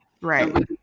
Right